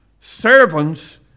servants